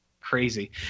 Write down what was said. Crazy